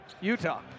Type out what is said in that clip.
Utah